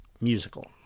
musical